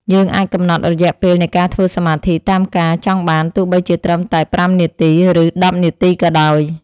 យើងអាចកំណត់រយៈពេលនៃការធ្វើសមាធិតាមការចង់បានទោះបីជាត្រឹមតែប្រាំនាទី ឬ ដប់នាទីក៏ដោយ។